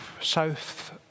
south